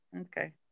okay